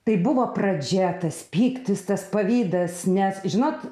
tai buvo pradžia tas pyktis tas pavydas nes žinot